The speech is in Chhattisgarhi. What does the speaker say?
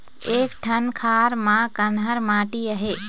एक ठन खार म कन्हार माटी आहे?